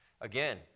again